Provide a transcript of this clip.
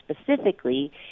specifically